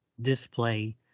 display